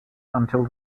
until